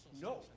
no